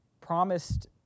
promised